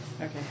Okay